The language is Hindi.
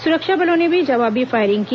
सुरक्षा बलों ने भी जवाबी फायरिंग की